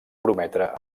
prometre